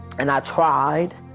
and i tried.